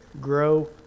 grow